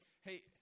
hey